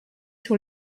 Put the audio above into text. sur